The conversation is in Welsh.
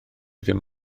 ddim